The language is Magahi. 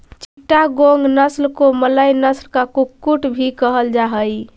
चिटागोंग नस्ल को मलय नस्ल का कुक्कुट भी कहल जा हाई